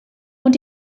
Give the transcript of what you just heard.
und